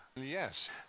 Yes